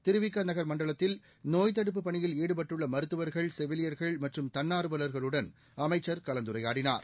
திருவிக நகர் மண்டலத்தில் நோய் தடுப்பு பணியில் ஈடுபட்டுள்ள மருத்துவர்கள் செவிலியர்கள் மற்றும் தன்னா்வலர்களுடன் அமைச்சா் கலந்துரையாடினார்